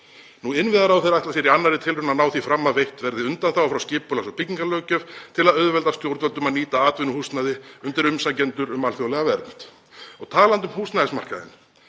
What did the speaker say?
Innviðaráðherra ætlar sér í annarri tilraun að ná því fram að veitt verði undanþága frá skipulags- og byggingarlöggjöf til að auðvelda stjórnvöldum að nýta atvinnuhúsnæði undir umsækjendur um alþjóðlega vernd. Og talandi um húsnæðismarkaðinn,